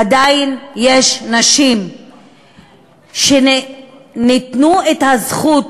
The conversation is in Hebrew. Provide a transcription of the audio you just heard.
עדיין יש נשים שנתנו להן את הזכות